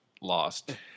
Lost